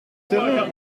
savons